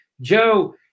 Joe